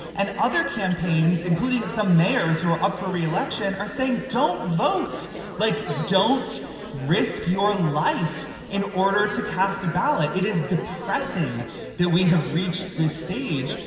and other campaigns, including some mayors who are up for re-election, are saying don't vote like don't risk your life in order to cast a ballot. it is depressing that we have reached this stage.